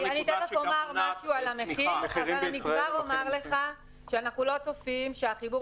אני תכף אתייחס למחיר אבל אני כבר אומר לך שאנחנו לא צופים שהחיבור